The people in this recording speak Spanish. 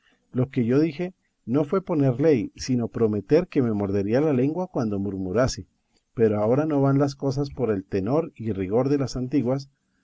lo que yo dije no fue poner ley sino prometer que me mordería la lengua cuando murmurase pero ahora no van las cosas por el tenor y rigor de las antiguas